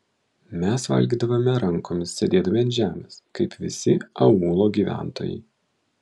mes valgydavome rankomis sėdėdami ant žemės kaip visi aūlo gyventojai